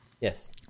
Yes